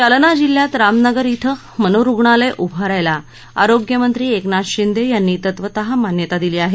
जालना जिल्ह्यात रामनगर श्रे मनोरुग्णालय उभारायला आरोग्य मंत्री एकनाथ शिंदे यांनी तत्वतः मान्यता दिली आहे